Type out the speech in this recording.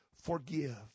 forgive